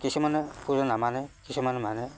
কিছুমানে পূজা নামানে কিছুমানে মানে